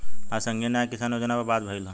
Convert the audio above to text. आज संघीय न्याय किसान योजना पर बात भईल ह